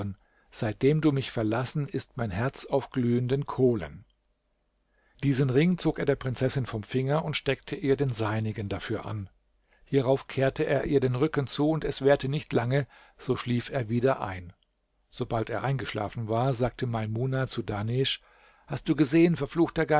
seitdem du mich verlassen ist mein herz auf glühenden kohlen diesen ring zog er der prinzessin vom finger und steckte ihr den seinigen dafür an hierauf kehrte er ihr den rücken zu und es währte nicht lange so schlief er wieder ein sobald er eingeschlafen war sagte maimuna zu dahnesch hast du gesehen verfluchter